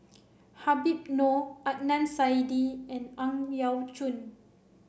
Habib Noh Adnan Saidi and Ang Yau Choon